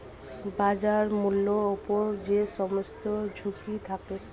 বাজার মূল্যের উপর যে সমস্ত ঝুঁকি থাকে